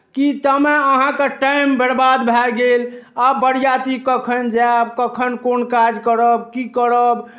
कि तामे अहाँके टाइम बरबाद भए गेल आब बरियाती कखन जायब कखन कोन काज करब की करब